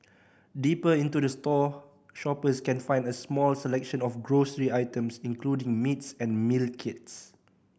deeper into the store shoppers can find a small selection of grocery items including meats and meal kits